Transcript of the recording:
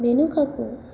వెనుకకు